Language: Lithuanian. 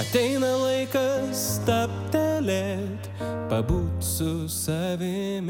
ateina laikas stabtelėt pabūt su savimi